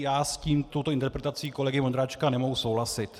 Já s touto interpretací kolegy Vondráčka nemohu souhlasit.